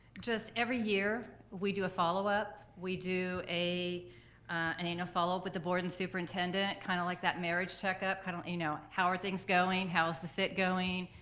just every year we do a followup. we do an annual followup with the board and superintendent, kind of like that marriage checkup, kind of you know, how are things going, how is the fit going?